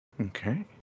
Okay